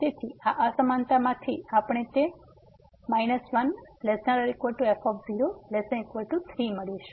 તેથી આ અસમાનતા માંથી આપણે તે 1≤f 0≤3 મેળવીશું